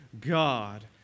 God